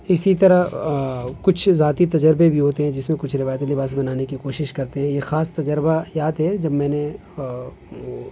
اسی طرح کچھ ذاتی تجربے بھی ہوتے ہیں جس میں کچھ روایتی لباس بنانے کی کوشش کرتے ہیں یہ خاص تجربہ یاد ہے جب میں نے وہ